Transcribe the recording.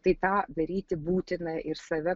tai tą daryti būtina ir save